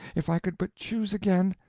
if i could but choose again,